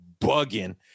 bugging